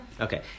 Okay